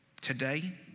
Today